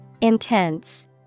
Intense